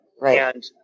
Right